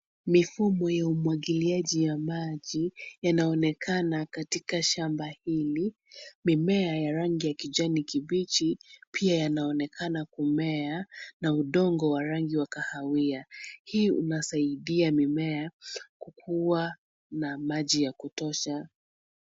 Mifumo ya umwagiliaji ya maji yanaonekana katika shamba hili. Mimea ya rangi ya kijani kibichi pia yanaonekana kumea na udongo wa rangi wa kahawia. Hii unasaidia mimea kukua na maji ya kutosha.